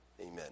Amen